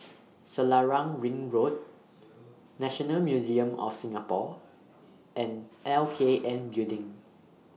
Selarang Ring Road National Museum of Singapore and L K N Building